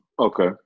Okay